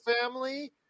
family